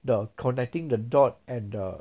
the connecting the dot and uh